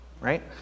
right